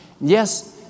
Yes